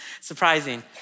Surprising